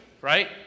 right